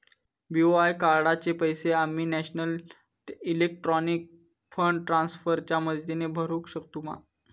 BOI कार्डाचे पैसे आम्ही नेशनल इलेक्ट्रॉनिक फंड ट्रान्स्फर च्या मदतीने भरुक शकतू मा?